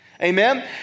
Amen